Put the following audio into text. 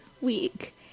week